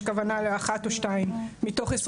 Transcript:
יש כוונה לאחת או שתיים מתוך,